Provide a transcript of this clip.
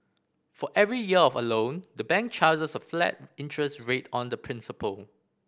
for every year of a loan the bank charges a flat interest rate on the principal